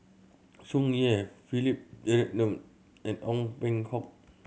Tsung Yeh Philip Jeyaretnam and Ong Peng Hock